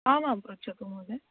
आमां पृच्छतु महोदय